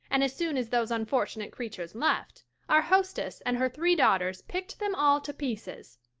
and as soon as those unfortunate creatures left, our hostess and her three daughters picked them all to pieces.